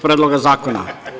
Predloga zakona.